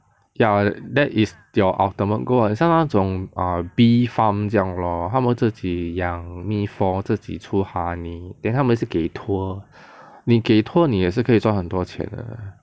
ya that is your ultimate goal 很像那种 err bee farm 这样 lor 他们自己养蜜蜂自己出 honey then 他们是给 tour 你给 tour 你也是可以赚很多钱的